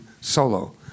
solo